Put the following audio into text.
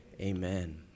amen